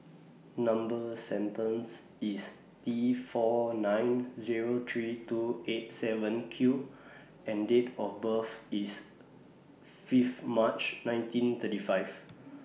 Number sentence IS T four nine Zero three two eight seven Q and Date of birth IS Fifth March nineteen thirty five